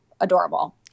adorable